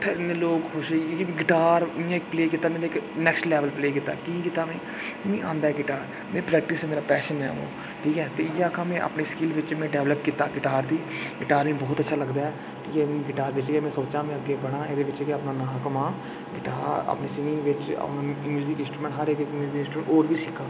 उत्थै लोक खुश होई गे कि गिटार इ'यां इक प्लेऽ कीता जेह्ड़ा इक नैशनल लैवल प्लेऽ कीता कि'यां कीता में मीं औंदा ऐ गिटार में प्रैक्टिस मेरा पैशन ऐ ठीक ऐ ते इ'यै आक्खां में अपने स्किल बिच में डवलप कीता गिटार गी गिटार मीं बहुत अच्छा लगदा ऐ इ'यै गिटार बिच में सोचा दा में अग्गै बढ़ा एह्दे च गै अपना नांऽ कमांऽ अपने स्किल बिच म्यूजिक इंस्ट्रूमैंट हर इक म्यूजिक इंस्ट्रूमैंट होर बी सिक्खां